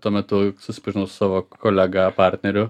tuo metu susipažinau su savo kolega partneriu